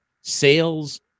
sales